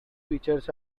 features